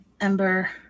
Ember